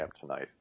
tonight